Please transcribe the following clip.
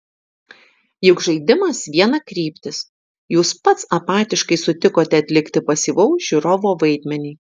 juk žaidimas vienakryptis jūs pats apatiškai sutikote atlikti pasyvaus žiūrovo vaidmenį